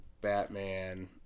Batman